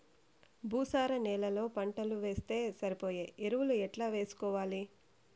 భూసార నేలలో పంటలు వేస్తే సరిపోయే ఎరువులు ఎట్లా వేసుకోవాలి?